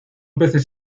peces